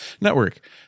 Network